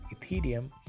ethereum